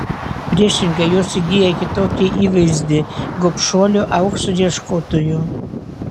priešingai jos įgyja kitokį įvaizdį gobšuolių aukso ieškotojų